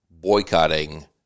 boycotting